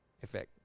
effect